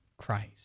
Christ